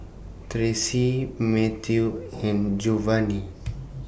Tracey Matthew and Jovanny